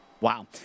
Wow